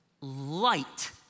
light